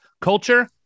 Culture